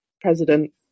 president